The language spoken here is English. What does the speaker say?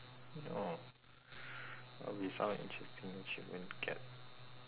oh what would be some interesting achievement to get